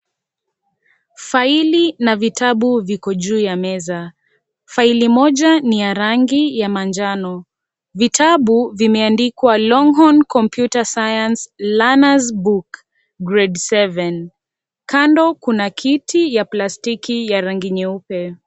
Faili na vitabu viko juu ya meza, faili moja ni ya rangi ya manjano. Vitabu vimeandikwa Longhorn Computer Science learners book grade seven kando kuna kiti ya plastiki ya rangi nyeupe.